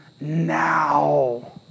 now